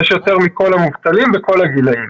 יש יותר מכל המובטלים בכל הגילאים.